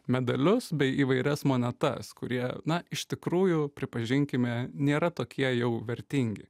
medalius bei įvairias monetas kurie na iš tikrųjų pripažinkime nėra tokie jau vertingi